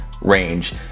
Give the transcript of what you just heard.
range